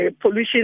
pollution